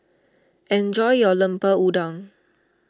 enjoy your Lemper Udang